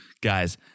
guys